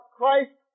Christ